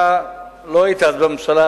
אתה לא היית אז בממשלה,